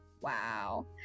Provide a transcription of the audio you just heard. wow